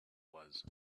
was